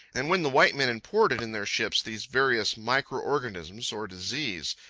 and when the white men imported in their ships these various micro-organisms or disease,